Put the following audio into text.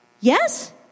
Yes